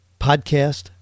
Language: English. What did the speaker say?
podcast